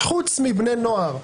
חוץ מבני נוער.